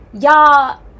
y'all